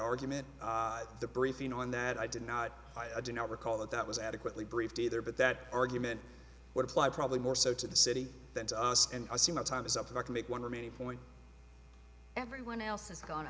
argument the briefing on that i did not i do not recall that that was adequately briefed either but that argument would apply probably more so to the city than to us and assume our time is up and i can make one remaining point everyone else is go